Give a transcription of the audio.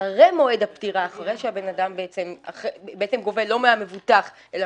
אחרי מועד הפטירה - גובה לא מהמבוטח אלא